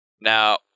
Now